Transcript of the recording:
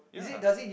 ya